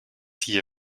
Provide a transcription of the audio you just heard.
hier